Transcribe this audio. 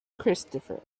christopher